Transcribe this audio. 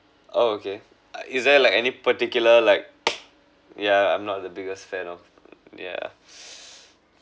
oh okay is there like any particular like yeah I'm not the biggest fan of yeah